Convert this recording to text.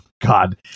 god